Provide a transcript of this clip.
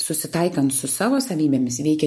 susitaikant su savo savybėmis veikia